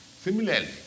Similarly